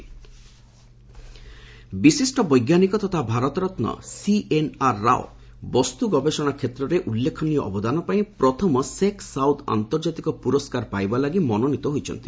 Rao award ବିଶିଷ୍ଟ ବୈଜ୍ଞାନିକ ତଥା ଭାରତ ରତ୍ନ ସିଏନ୍ଆର୍ ରାଓ ବସ୍ତୁଗବେଷଣା କ୍ଷେତ୍ରରେ ଉଲ୍ଲେଖନୀୟ ଅବଦାନ ଲାଗି ପ୍ରଥମ ଶେଖ୍ ସାଉଦ୍ ଆନ୍ତର୍ଜାତିକ ପୁରସ୍କାର ପାଇବା ଲାଗି ମନୋନୀତ ହୋଇଛନ୍ତି